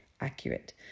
accurate